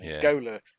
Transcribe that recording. Gola